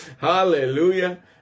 Hallelujah